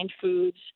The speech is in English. foods